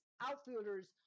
outfielders